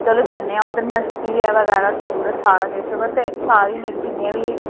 चलो जन्ने आंं उद्धर मस्ती ऐ बगैरा खूबसूरत सारा किश ते सारे जने जिन्नियां बी